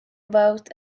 about